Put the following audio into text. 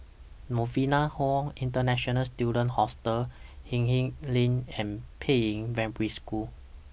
Novena Hall International Students Hostel Hindhede Lane and Peiying Primary School